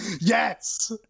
Yes